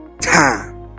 time